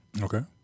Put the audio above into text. Okay